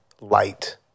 light